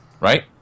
right